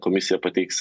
komisija pateiks